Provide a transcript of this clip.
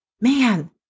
man